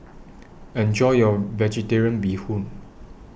Enjoy your Vegetarian Bee Hoon